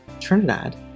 trinidad